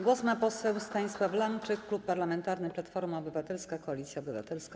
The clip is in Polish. Głos ma poseł Stanisław Lamczyk, Klub Parlamentarny Platforma Obywatelska - Koalicja Obywatelska.